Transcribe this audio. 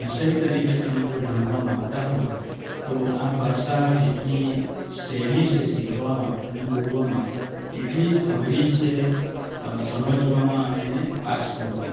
વિષય તરીકે તમે જો માગતા હોય તો આ ભાષા જેટલી સહેલી છે શીખવામાં અને બોલવામાં એટલી જ અઘરી છે સમજવામાં અને એને પાસ કરવામાં